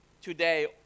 today